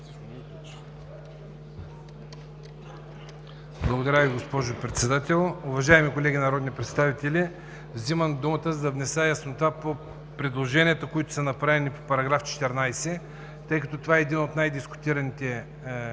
Благодаря Ви, госпожо Председател. Уважаеми колеги народни представители, взимам думата, за да внеса яснота по предложенията, които са направени по § 14, тъй като това е един от най-дискутираните параграфи